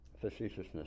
facetiousness